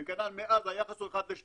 וכנ"ל מאז היחס הוא 1 ל-2.